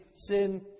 sin